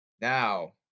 Now